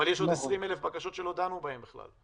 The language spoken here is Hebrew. אבל יש עוד 20,000 בקשות שלא דנו בהן בכלל.